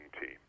team